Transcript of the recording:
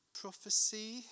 prophecy